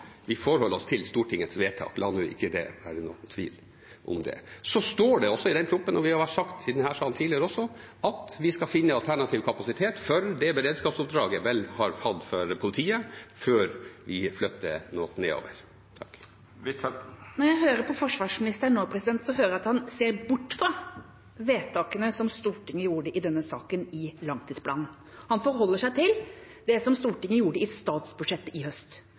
Vi forholder oss til Stortingets vedtak – la det nå ikke være noen tvil om det. Så står det også i proposisjonen – og vi har sagt i denne salen også tidligere – at vi skal finne alternativ kapasitet for det beredskapsoppdraget Bell har hatt for politiet, før vi flytter noe nedover. Det vert opna for oppfølgingsspørsmål – først Anniken Huitfeldt. Når jeg hører på forsvarsministeren nå, hører jeg at han ser bort fra vedtakene som Stortinget gjorde i denne saken i forbindelse med langtidsplanen. Han forholder seg til det som Stortinget gjorde i statsbudsjettet sist høst.